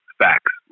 facts